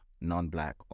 non-black